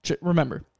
remember